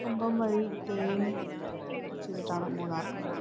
കമ്പം വഴി തേനി ടച്ച് ചെയ്തിട്ടാണ് മൂന്നാറിലേക്ക് പോവുക